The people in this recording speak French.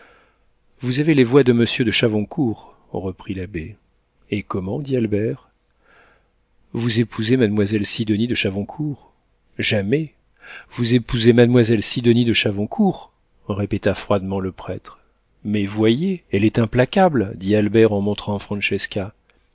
vous avez les voix de monsieur de chavoncourt reprit l'abbé et comment dit albert vous épousez mademoiselle sidonie de chavoncourt jamais vous épousez mademoiselle sidonie de chavoncourt répéta froidement le prêtre mais voyez elle est implacable dit albert en montrant